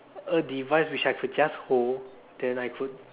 a device which I could just hold then I could